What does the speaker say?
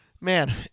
man